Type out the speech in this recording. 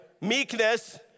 meekness